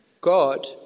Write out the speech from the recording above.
God